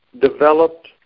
developed